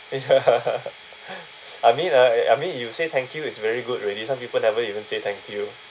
I mean uh I mean you say thank you is very good already some people never even say thank you